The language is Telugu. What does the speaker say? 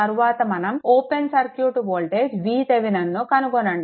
తరువాత మనం ఓపెన్ సర్క్యూట్ వోల్టేజ్ VTheveninను కనుగొనండి